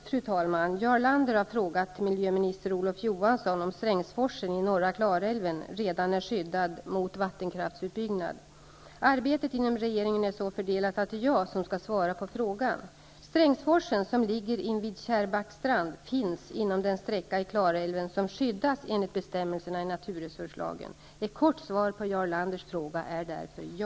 Fru talman! Jarl Lander har frågat miljöminister Arbetet inom regeringen är så fördelat att det är jag som skall svara på frågan. Strängforsen, som ligger invid Kärrbackstrand, finns inom den sträcka i Klarälven som skyddas enligt bestämmelserna i naturresurslagen. Ett kort svar på Jarl Landers fråga är därför ja.